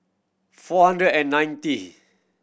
four hundred and ninety